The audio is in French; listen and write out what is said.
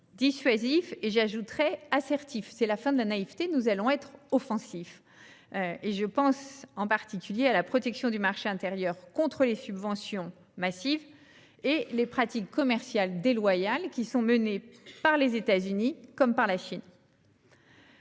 dissuasifs et, j'ajouterai, assertifs : finie la naïveté, nous allons être offensifs ! Je pense en particulier à la protection du marché intérieur contre les subventions massives et les pratiques commerciales déloyales des États-Unis ou de la Chine.